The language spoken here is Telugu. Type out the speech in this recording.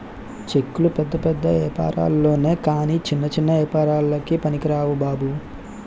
చెక్కులు పెద్ద పెద్ద ఏపారాల్లొనె కాని చిన్న చిన్న ఏపారాలకి పనికిరావు బాబు